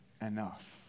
enough